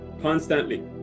constantly